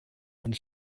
und